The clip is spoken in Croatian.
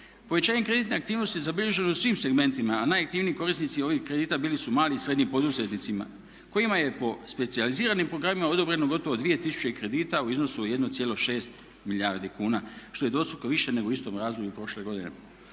Povećanjem kreditne aktivnosti zabilježeno je u svim segmentima a najaktivniji korisnici ovih kredita bili su mali i srednji poduzetnici kojima je po specijaliziranim programima odobreno gotovo 2 tisuće kredita u iznosu od 1,6 milijardi kuna što je dvostruko više nego u istom razdoblju prošle godine.